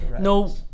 no